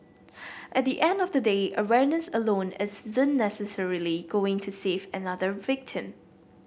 at the end of the day awareness alone isn't necessarily going to save another victim